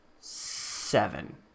seven